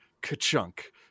ka-chunk